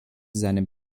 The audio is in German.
seinem